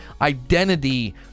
identity